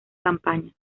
campañas